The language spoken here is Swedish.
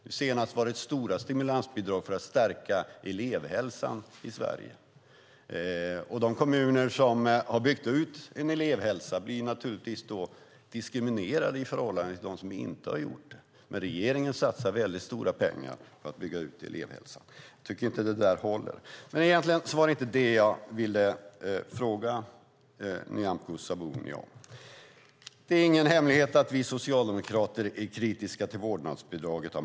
Nu senast var det stora stimulansbidrag för att stärka elevhälsan i Sverige. De kommuner som har byggt ut en elevhälsa blir då naturligtvis diskriminerade i förhållande till de som inte har gjort det. Men regeringen satsar väldigt stora pengar på att bygga ut elevhälsan. Jag tycker inte att det håller. Egentligen var det inte detta jag ville fråga Nyamko Sabuni om. Det är ingen hemlighet att vi socialdemokrater av många skäl är kritiska till vårdnadsbidraget.